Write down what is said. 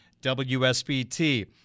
WSBT